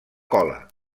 cola